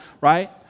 right